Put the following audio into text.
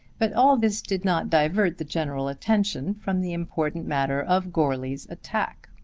but all this did not divert the general attention from the important matter of goarly's attack.